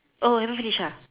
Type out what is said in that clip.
oh haven't finish ah